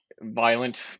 violent